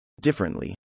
Differently